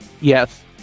Yes